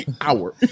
hour